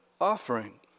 offering